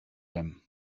him